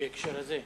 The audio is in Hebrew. בהקשר הזה?